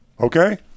Okay